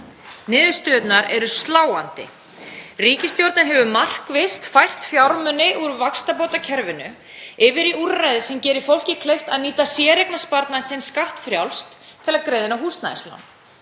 Niðurstöðurnar eru sláandi. Ríkisstjórnin hefur markvisst fært fjármuni úr vaxtabótakerfinu yfir í úrræði sem gerir fólki kleift að nýta séreignarsparnað sinn skattfrjálst til að greiða inn á húsnæðislán.